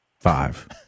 Five